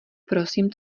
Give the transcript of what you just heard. prosím